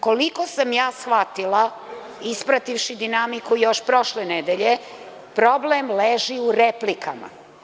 Koliko sam ja shvatila, isprativši dinamiku još prošle nedelje, problem leži u replikama.